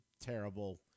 terrible